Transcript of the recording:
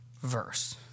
verse